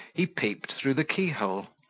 he peeped through the key-hole,